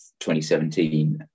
2017